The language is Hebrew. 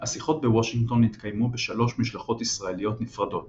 השיחות בוושינגטון התקיימו בשלוש משלחות ישראליות נפרדות